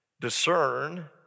discern